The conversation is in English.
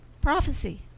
Prophecy